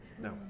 No